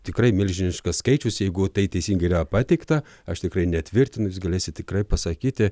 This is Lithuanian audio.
tikrai milžiniškas skaičius jeigu tai teisingai yra pateikta aš tikrai netvirtinu jūs galėsit tikrai pasakyti